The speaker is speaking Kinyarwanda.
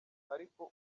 ariko